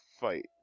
fight